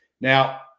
now